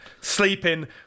sleeping